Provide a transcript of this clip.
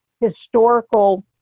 historical